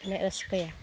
ᱮᱱᱮᱡ ᱨᱟᱹᱥᱠᱟᱹᱭ